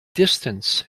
distance